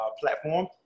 platform